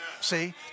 See